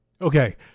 Okay